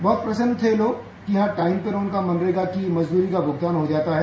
बहुत प्रसन्न थे लोग कि यहां टाइम पर उनका मनरेगा की मजदूरी का मुगतान हो जाता है